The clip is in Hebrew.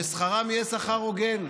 ששכרם יהיה שכר הוגן.